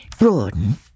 Rawdon